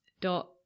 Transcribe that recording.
Dot